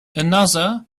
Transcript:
another